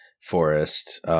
Forest